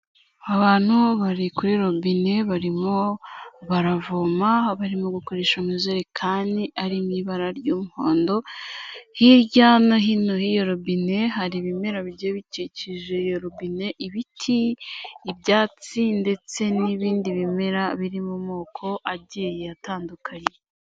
Abantu bari kuri robine barimo baravoma. Barimo gukoresha amazerekani ari mu ibara ry'umuhondo. Hirya no hino y'iyo robine hari ibimera bigiye bikikije iyo robine. Ibiti, ibyatsi ndetse n'ibindi bimera biri mu moko agiye atandukanye.